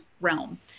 realm